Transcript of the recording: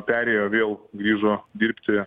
perėjo vėl grįžo dirbti